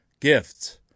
gifts